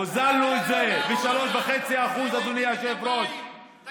הוזלנו את זה ב-3.5%, אדוני היושב-ראש, החשמל.